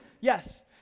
yes